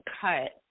cut